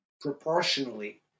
proportionally